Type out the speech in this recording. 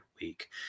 week